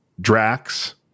Drax